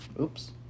Oops